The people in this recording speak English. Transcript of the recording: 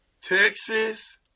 Texas